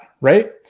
right